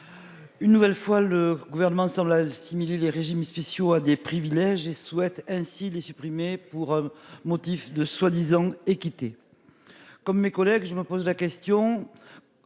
Une nouvelle fois le gouvernement semble assimiler les régimes spéciaux à des privilèges et souhaite ainsi les supprimer pour motif de soi-disant équité. Comme mes collègues, je me pose la question.